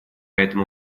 этому